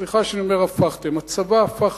סליחה שאני אומר "הפכתם" הצבא הפך